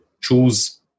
choose